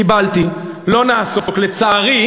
קיבלתי, לא נעסוק, לצערי.